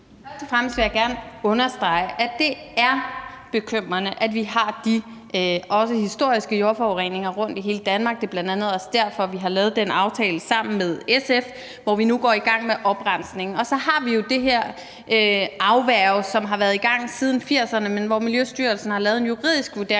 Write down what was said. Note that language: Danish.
jeg gerne understrege, at det er bekymrende, at vi også har de historiske jordforureninger rundt i hele Danmark. Det er bl.a. også derfor, at vi har lavet den aftale sammen med SF, hvor vi nu går i gang med oprensningen. Og så har vi jo det med at afværge, som har været i gang siden 1980'erne, men hvor Miljøstyrelsen har lavet en juridisk vurdering.